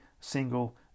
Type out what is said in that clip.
single